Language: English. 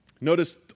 Notice